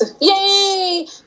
yay